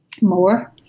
more